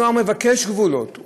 הנוער מבקש גבולות,